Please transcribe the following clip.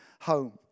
home